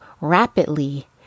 rapidly